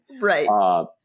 Right